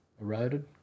eroded